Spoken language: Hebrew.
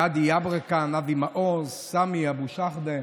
גדי יברקן, אבי מעוז, סמי אבו שחאדה,